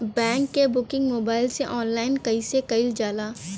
Gas क booking mobile से online कईसे कईल जाला?